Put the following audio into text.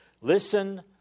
Listen